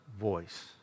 voice